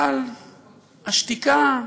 אבל השתיקה,